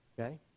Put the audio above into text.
Okay